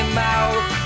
mouth